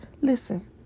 listen